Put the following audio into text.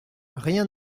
rien